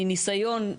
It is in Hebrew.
מניסיון,